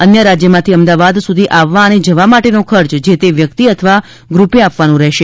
અન્ય રાજ્યમાંથી અમદાવાદ સુધી આવવા અને જવા માટેનો ખર્ચ જે તે વ્યક્તિ અથવા ગ્રૂપે આપવાનો રહેશે